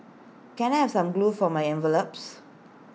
can I have some glue for my envelopes